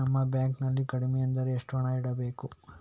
ನಮ್ಮ ಬ್ಯಾಂಕ್ ನಲ್ಲಿ ಕಡಿಮೆ ಅಂದ್ರೆ ಎಷ್ಟು ಹಣ ಇಡಬೇಕು?